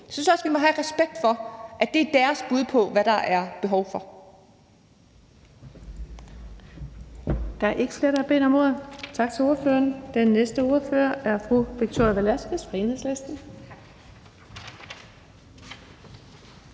også, vi må have respekt for, at det er deres bud på, hvad der er behov for.